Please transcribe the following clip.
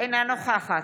אינה נוכחת